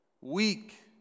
weak